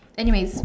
anyways